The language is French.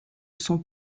sont